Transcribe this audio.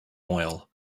oil